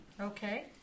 Okay